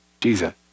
Jesus